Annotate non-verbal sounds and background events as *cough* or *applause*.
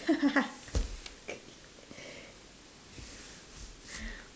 *laughs*